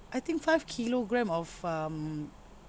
I think five kilogram of um